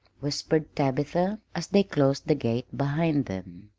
whispered tabitha, as they closed the gate behind them.